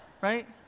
Right